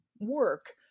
work